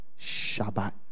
Shabbat